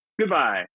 Goodbye